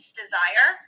desire